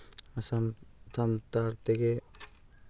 ᱥᱟᱱᱛᱟᱲ ᱛᱮᱜᱮ